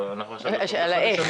אבל באמת במעט הדקות שיש לי כאן חשוב